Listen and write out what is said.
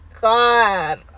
god